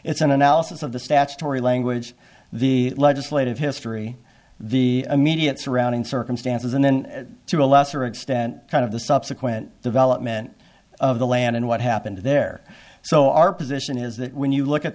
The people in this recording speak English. it's an analysis of the statutory language the legislative history the immediate surrounding circumstances and then to a lesser extent kind of the subsequent development of the land and what happened there so our position is that when you look at